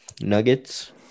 Nuggets